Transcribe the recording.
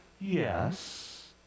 Yes